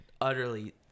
utterly